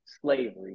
slavery